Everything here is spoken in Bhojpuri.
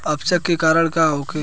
अपच के कारण का होखे?